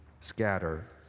scatter